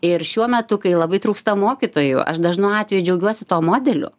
ir šiuo metu kai labai trūksta mokytojų aš dažnu atveju džiaugiuosi tuo modeliu